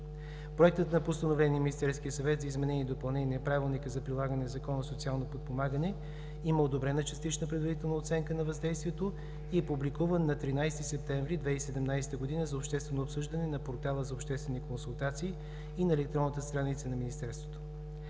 Проектът на Постановление на Министерския съвет за изменение и допълнение на Правилника за прилагане на Закона за социално подпомагане има одобрена частична предварителна оценка на въздействието и е публикуван на 13 септември 2017 г. за обществено обсъждане на портала за обществени консултации и на електронната страница на министерството.